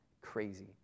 Crazy